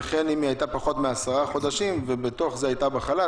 וכן אם היא עבדה פחות מעשרה חודשים ובתוכם הייתה בחל"ת,